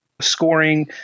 scoring